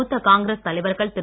மூத்த காங்கிரஸ் தலைவர்கள் திரு